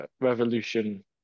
revolution